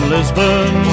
Lisbon